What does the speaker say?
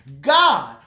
God